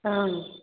हँ